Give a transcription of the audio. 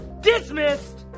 Dismissed